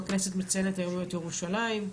הכנסת מציינת היום את יום ירושלים.